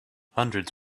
hundreds